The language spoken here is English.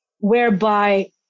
whereby